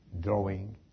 drawing